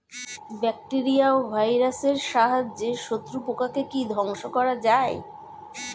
Bacteria ও ভাইরাসের সাহায্যে শত্রু পোকাকে কি ধ্বংস করা যায়?